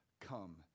come